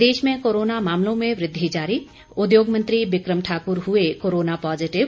प्रदेश में कोरोना मामलों में वृद्धि जारी उद्योग मंत्री बिक्रम ठाकुर हुए कोरोना पॉज़िटिव